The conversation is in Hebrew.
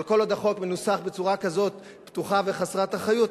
אבל כל עוד החוק מנוסח בצורה כזאת פתוחה וחסרת אחריות,